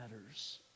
matters